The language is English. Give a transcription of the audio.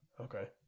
okay